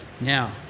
Now